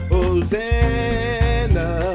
Hosanna